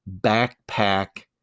backpack